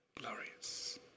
glorious